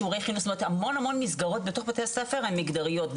זאת אומרת המון המון מסגרות בתוך בתי ספר הן מגדריות,